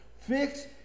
Fix